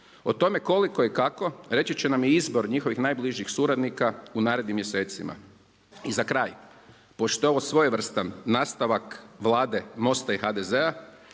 O tome koliko i kako reći će nam i izbor njihovih najbližih suradnika u narednim mjesecima. I za kraj, pošto je ovo svojevrstan nastavak Vlade MOST-a i HDZ-a